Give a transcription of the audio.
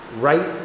right